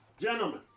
gentlemen